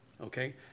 Okay